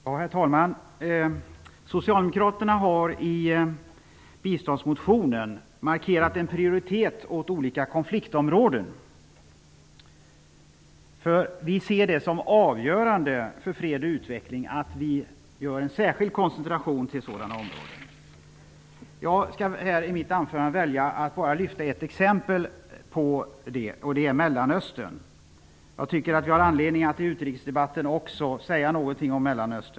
Herr talman! Socialdemokraterna har i biståndsmotionen markerat en prioritet åt olika konfliktområden. Vi ser det såsom avgörande för fred och utveckling att vi gör en särskild koncentration till sådana områden. Jag kan här i mitt anförande välja att bara ge ett exempel på detta, nämligen Mellanöstern. Jag tycker att det finns anledning att i utrikesdebatten säga någonting också om Mellanöstern.